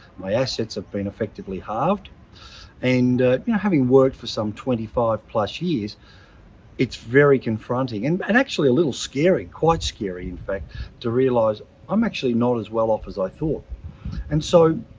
my assets have been effectively halved and you know having worked for some twenty five plus years it's very confronting and but and actually a little scary quite scary in fact to realize i'm actually not as well off as i thought and so